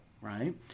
Right